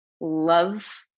love